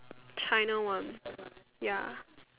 China one ya